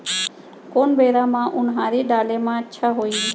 कोन बेरा म उनहारी डाले म अच्छा होही?